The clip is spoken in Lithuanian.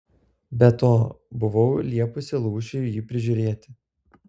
be to buvau liepusi lūšiui jį prižiūrėti